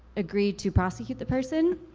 agree to prosecute the person,